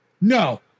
no